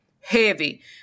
heavy